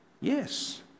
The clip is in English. yes